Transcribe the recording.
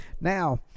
now